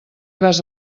vas